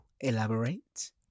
elaborate